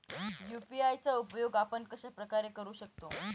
UPI चा उपयोग आपण कशाप्रकारे करु शकतो?